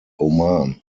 oman